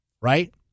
right